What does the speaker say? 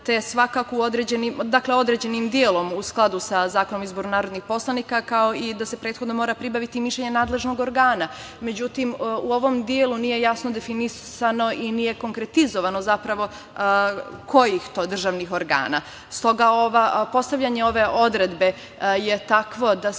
biti određenim delom u skladu sa Zakonom o izboru narodnih poslanika, kao i da se prethodno mora pribaviti mišljenje nadležnog organa, međutim u ovom delu nije jasno definisano i nije konkretizovano kojih to državnih organa. Stoga, postavljanje ove odredbe je takvo da se